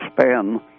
span